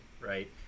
right